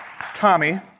Tommy